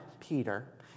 Peter